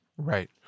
Right